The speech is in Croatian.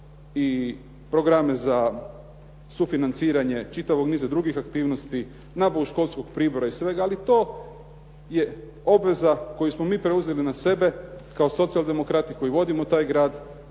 i programe za sufinanciranje čitavog niza drugih aktivnosti, nabavu školskog pribora i svega. Ali to je obveza koju smo mi preuzeli na sebe kao socijaldemokrati koji vodimo taj grad,